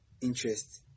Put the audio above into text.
interest